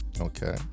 okay